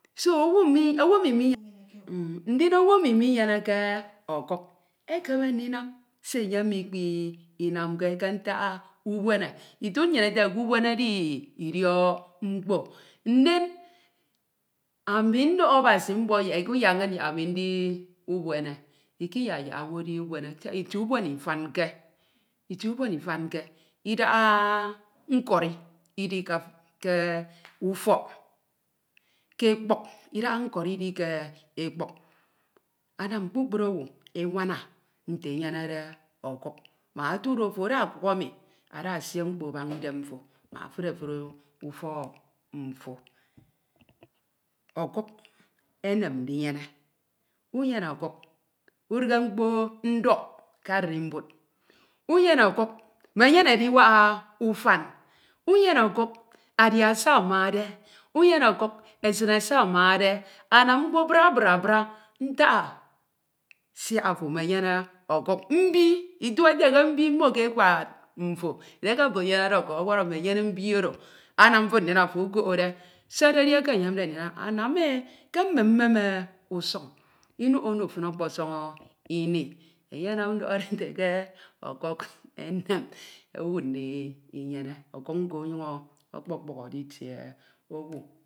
so owu emi ewu emi munyeneke owu emi minyeneke ndin owu emi munyeneke ọkuk, ekeme ndinam se enye mikpinamke ke ntak ubuene. Itu nnyin efe kubuene edi idiok mkpo. Ndim ami ndokho nbasi mbok yak ukayak inn ami ndi ubuene. Ikupk yak owu edi ubuene. siak itie ubuene ifanke. itie kúfọk, ke ekpuk idaha nkori idi ke ekpuk, anam kpukphu owu otu do ofa ada okuk emi ada esie mkpo abena idem ma efuri efuri ufọk mfo. Ọkuk ẹnem ndinyene. unyene ọkuk udighe mkpo ndọk ke animbud. unyene ọkuk menyene adiwak ufam, unyene ọkuk esine se amade iuyene ọkuk esine se amade, anam mkpa bra- bra- bra, nta a siak ofo mmenyene okuk, mbi itu efe ke mbi mmo ke ekpad mfo. Edieke ofo enyenufe okuk ọwọrọ mmenyenede mbi oro anam fin ndin ofo okokhode, sededi eke eyemde ndinam, anam e ke mmem mmem usuñ inoho owu fin ọkposọn̄ ini eyenam idọkhode nfe ke ọkuk enem owu ndinyene. ọkuk nko ọnyuñ ọkpokpukhone itie owu,